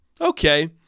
okay